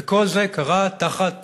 וכל זה קרה תחת